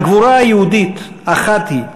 הגבורה היהודית אחת היא,